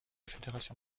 fédération